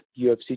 UFC